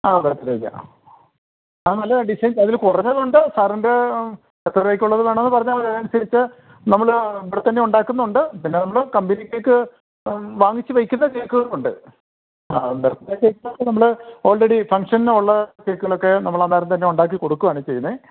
ആ ബർത്ത്ഡേയ്ക്ക് ആണ് അത് നല്ല ഡിസൈൻ അതിൽ കുറഞ്ഞത് ഉണ്ട് സാറിൻ്റെ എത്ര രൂപയ്ക്കുള്ളത് വേണമെന്ന് പറഞ്ഞാൽ മതി അത് അനുസരിച്ചു നമ്മൾ ഇവിടെത്തന്നെ ഉണ്ടാക്കുന്നുണ്ട് പിന്നെ നമ്മൾ കമ്പനി കേക്ക് വാങ്ങിച്ചു വയ്ക്കുന്ന കേക്കുകളും ഉണ്ട് ആ ഉണ്ട് പക്ഷെ ഇപ്പോഴൊക്കെ നമ്മൾ ഓൾറെഡി ഫങ്ങ്ഷനുള്ള കേക്കുകളൊക്കെ നമ്മൾ അന്നേരം തന്നെ ഉണ്ടാക്കി കൊടുക്കുകയാണ് ചെയ്യുന്നത്